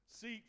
Seek